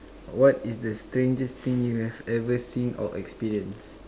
what is the strangest thing you have ever seen or experience